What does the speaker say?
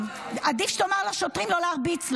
עדיף שתאמר לשוטרים לא להרביץ לה.